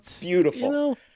Beautiful